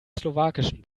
slowakischen